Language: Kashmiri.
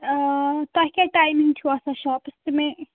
آ تۄہہِ کیٛاہ ٹایمِنٛگ چھُو آسان شاپَس تہٕ مےٚ